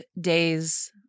days